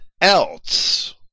else